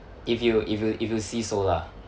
if you if you if you see so lah